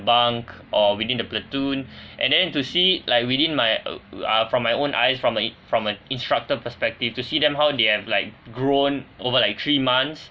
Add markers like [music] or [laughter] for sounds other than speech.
bunk or within the platoon [breath] and then to see it like within my uh uh from my own eyes from a~ from an instructor perspective to see them how they have like grown over like three months